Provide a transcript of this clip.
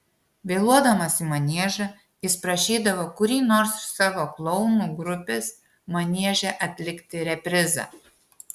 vėluodamas į maniežą jis prašydavo kurį nors iš savo klounų grupės manieže atlikti reprizą